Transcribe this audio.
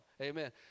amen